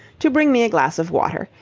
to bring me a glass of water.